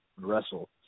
Wrestle